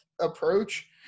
approach